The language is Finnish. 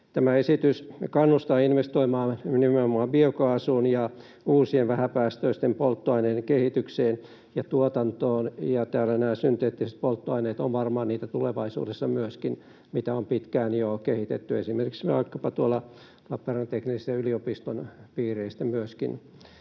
Tämä esitys kannustaa investoimaan nimenomaan biokaasuun ja uusien vähäpäästöisten polttoaineiden kehitykseen ja tuotantoon. Täällä nämä synteettiset polttoaineet, joita on pitkään jo kehitetty esimerkiksi vaikkapa tuolla Lappeenrannan teknillisen yliopiston piireissä,